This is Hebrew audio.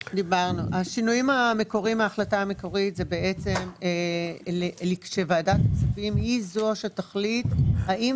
השינויים המקוריים מההחלטה המקורית זה שוועדת הכספים היא זו שתחליט האם